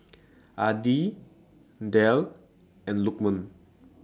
Adi Dhia and Lukman